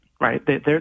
right